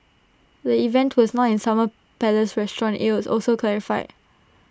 the event was not in summer palace restaurant IT was also clarified